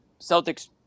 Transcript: Celtics